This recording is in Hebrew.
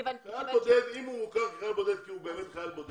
אם הוא מוכר כחייל בודד כי הוא באמת חייל בודד.